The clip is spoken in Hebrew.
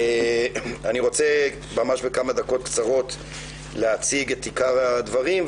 אני רוצה בכמה דקות קצרות להציג את עיקר הדברים,